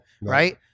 right